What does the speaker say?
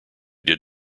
did